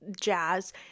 jazz